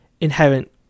inherent